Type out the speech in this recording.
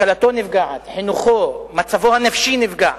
השכלתו נפגעת, חינוכו, מצבו הנפשי נפגע